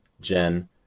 Jen